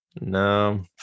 No